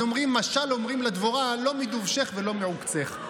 אז אומרים: משל אומרים לדבורה: לא מדובשך ולא מעוקצך.